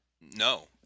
No